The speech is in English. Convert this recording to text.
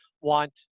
want